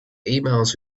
emails